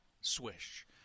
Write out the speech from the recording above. swish